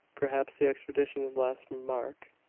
perhaps the expedition's last remark,